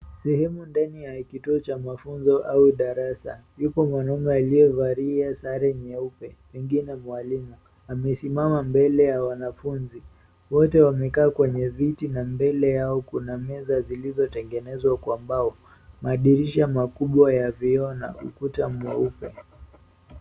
Sehemu ndani ya kituo cha mafunzo au darasa, yupo mwanaume aliyevalia sare nyeupe, pengine mwalimu. Amesimama mbele ya wanafunzi, wote wamekaa kwenye viti na mbele yao kuna meza zilizotengenezwa kwa mbao, madirisha makubwa ya vioo na ukuta mweupe.